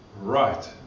right